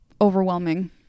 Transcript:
overwhelming